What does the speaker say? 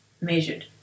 measured